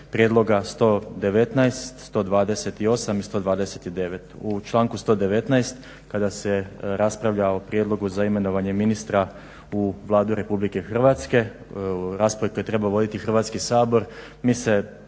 prijedloga 119., 128.i 129. U članku 119.kada se raspravlja o prijedlogu za imenovanje ministra u Vladu RH rasprave koje treba voditi Hrvatski sabor mi se